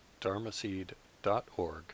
dharmaseed.org